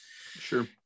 sure